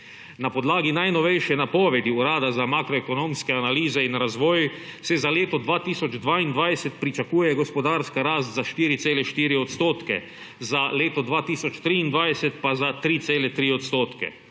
Na podlagi najnovejše napovedi Urada za makroekonomske analize in razvoj se za leto 2022 pričakuje gospodarska rast za 4,4 %, za leto 2023 pa za 3,3 %.